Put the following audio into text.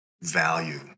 value